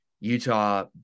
Utah